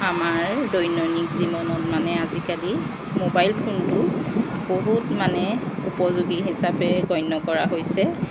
আমাৰ দৈনন্দিন জীৱনত মানে আজিকালি মোবাইল ফোনটো বহুত মানে উপযোগী হিচাপে গণ্য কৰা হৈছে